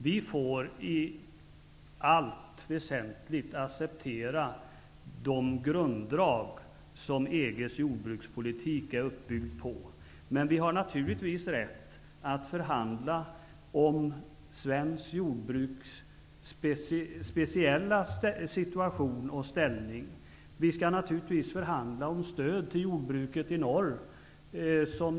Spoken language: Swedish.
Vi får i allt väsentligt acceptera de grunddrag som EG:s jordbrukspolitik är uppbyggd på, men vi har naturligtvis rätt att förhandla om svenskt jordbruks speciella situation och ställning. Vi skall naturligtvis förhandla om stöd till jordbruket i norr.